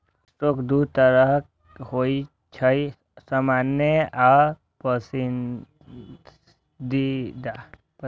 stock दू तरहक होइ छै, सामान्य आ पसंदीदा